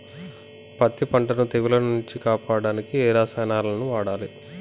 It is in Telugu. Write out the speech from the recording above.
పత్తి పంటని తెగుల నుంచి కాపాడడానికి ఏ రసాయనాలను వాడాలి?